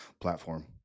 platform